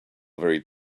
very